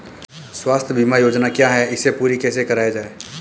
स्वास्थ्य बीमा योजना क्या है इसे पूरी कैसे कराया जाए?